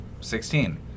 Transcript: Sixteen